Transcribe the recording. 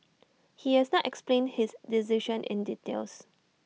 he has not explained his decision in details